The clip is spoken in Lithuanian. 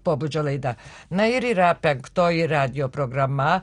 pobūdžio laida na ir yra penktoji radijo programa